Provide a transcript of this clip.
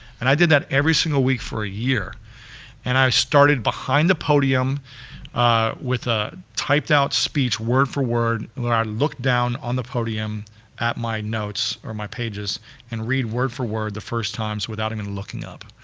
and i did that every single week for a year and i started behind the podium with a typed out speech word-for-word. i look down on the podium at my notes or my pages and read word-for-word the first times without even looking up.